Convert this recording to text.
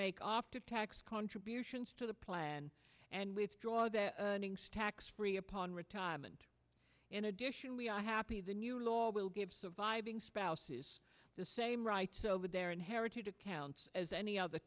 make off to tax contributions to the plan and withdraw their tax free upon retirement in addition we are happy the new law will give surviving spouses the same rights over their inherited accounts as any other